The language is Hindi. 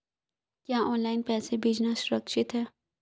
क्या ऑनलाइन पैसे भेजना सुरक्षित है?